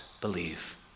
believe